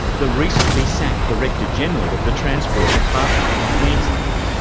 the recently sacked director general of the transport department in queensland.